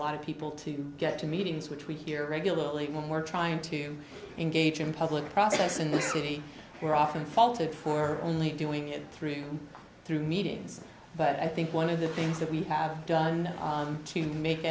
lot of people to get to meetings which we hear regularly when we're trying to engage in public process in the city we're often faulted for only doing it through through meetings but i think one of the things that we have done to make